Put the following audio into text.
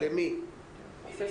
כמובן על בסיס